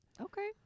Okay